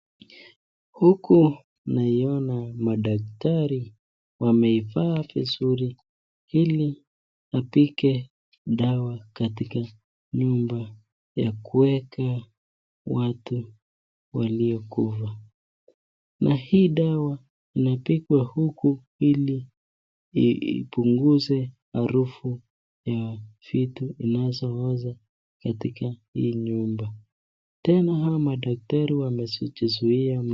Huku naiona madaktari wameivaa vizuri ili wapige dawa katika nyumba ya kuweka watu waliokufa. Na hii dawa inapigwa huku ili ipunguze harufu ya vitu inazoweza katika hii nyumba. Tena madaktari wamejizuia.